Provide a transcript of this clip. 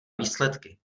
výsledky